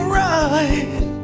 right